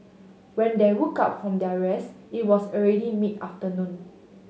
when they woke up from their rest it was already mid afternoon